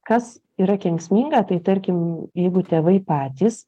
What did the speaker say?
kas yra kenksminga tai tarkim jeigu tėvai patys